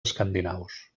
escandinaus